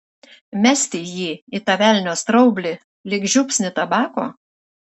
mesti jį į tą velnio straublį lyg žiupsnį tabako